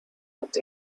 looked